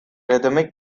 rhythmic